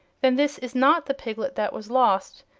then this is not the piglet that was lost,